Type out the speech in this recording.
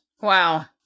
Wow